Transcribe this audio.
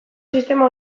sistema